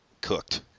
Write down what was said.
cooked